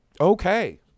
Okay